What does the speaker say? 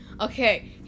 Okay